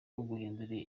uguhindura